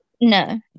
No